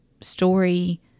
story